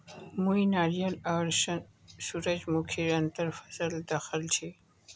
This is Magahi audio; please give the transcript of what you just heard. मुई नारियल आर सूरजमुखीर अंतर फसल दखल छी